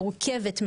מורכבת,